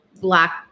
black